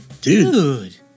dude